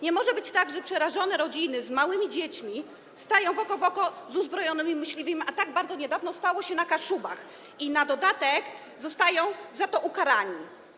Nie może być tak, że przerażone rodziny z małymi dziećmi stają oko w oko z uzbrojonymi myśliwymi - a tak stało się niedawno na Kaszubach - i na dodatek zostają za to ukarane.